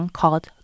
called